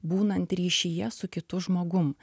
būnant ryšyje su kitu žmogum